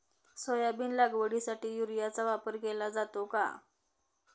Soybean लागवडीसाठी युरियाचा वापर केला जातो का?